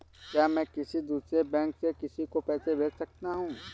क्या मैं किसी दूसरे बैंक से किसी को पैसे भेज सकता हूँ?